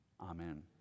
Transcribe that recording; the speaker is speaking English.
Amen